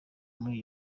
muri